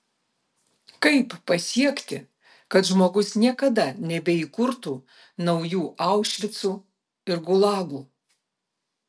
kaip pasiekti kad žmogus niekada nebeįkurtų naujų aušvicų ir gulagų